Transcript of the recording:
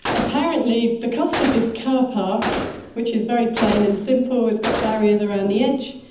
apparently the cost of this car park which is very plain and simple, it's got barriers around the edge,